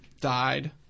died